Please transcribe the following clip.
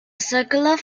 circular